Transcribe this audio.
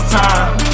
time